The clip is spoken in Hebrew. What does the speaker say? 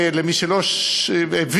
למי שלא הבין,